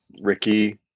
Ricky